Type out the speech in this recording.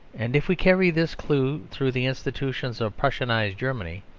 and if we carry this clue through the institutions of prussianised germany,